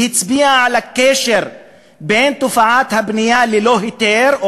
היא הצביעה על הקשר בין תופעת הבנייה ללא היתר או